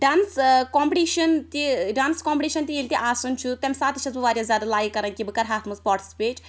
dance competition تہِ dance competition تہِ ییٚلہِ تہِ آسان چھُ تَمہِ ساتہٕ تہِ چھَس بہٕ واریاہ زیادٕ لایک کران کہ بہٕ کَرٕ ہا اتھ مَنٛز پاٹِسِپیٹ